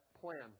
plan